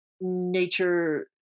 nature